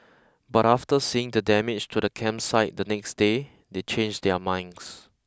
but after seeing the damage to the campsite the next day they changed their minds